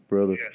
Brother